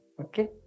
okay